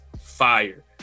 fire